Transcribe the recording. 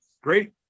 great